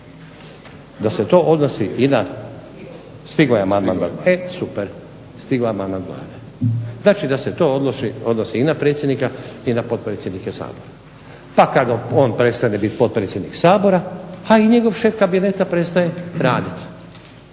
je amandman, super, stigao amandman Vladi. Znači da se to odnosi i na predsjednika i na potpredsjednike Sabora. Pa kada on prestane biti potpredsjednik Sabora pa i njegov šef kabineta prestaje raditi,